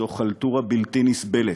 זו חלטורה בלתי נסבלת,